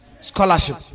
Scholarship